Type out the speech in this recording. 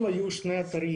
אתה מדבר על פסולת בניין,